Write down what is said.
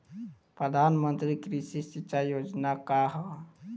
प्रधानमंत्री कृषि सिंचाई योजना का ह?